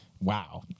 Wow